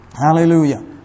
Hallelujah